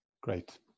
Great